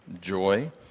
joy